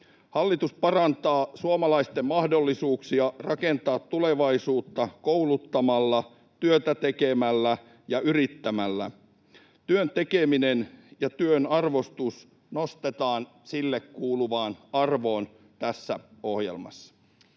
Hallitus parantaa suomalaisten mahdollisuuksia rakentaa tulevaisuutta kouluttamalla, työtä tekemällä ja yrittämällä. Työn tekeminen ja työn arvostus nostetaan sille kuuluvaan arvoon tässä ohjelmassa.